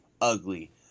ugly